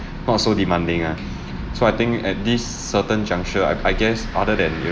not so demanding ah so I think at this certain juncture I I guess other than you know